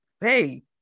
hey